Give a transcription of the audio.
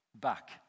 back